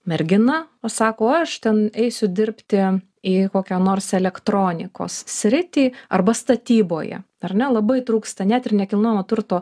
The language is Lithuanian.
mergina pasako aš ten eisiu dirbti į kokią nors elektronikos sritį arba statyboje ar ne labai trūksta net ir nekilnojamo turto